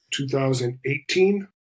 2018